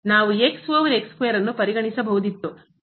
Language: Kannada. ನಾವು over ನ್ನು ಪರಿಗಣಿಸಬಹುದಿತ್ತು ಎರಡೂ ಒಂದೇ ಮಿತಿಗೆ ಕಾರಣವಾಗುತ್ತವೆ